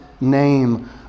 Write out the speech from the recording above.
name